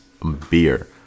beer